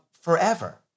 forever